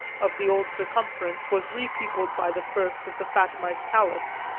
of the old circumference was repeopled by the first of the fatimite caliphs.